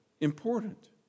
important